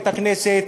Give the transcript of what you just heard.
את הכנסת,